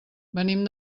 venim